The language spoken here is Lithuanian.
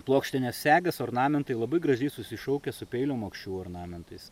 plokštinės segės ornamentai labai gražiai susišaukia su peilio makščių ornamentais